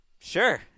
Sure